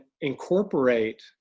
incorporate